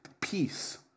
peace